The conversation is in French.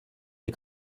des